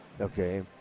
okay